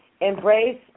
embrace